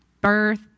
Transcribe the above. birth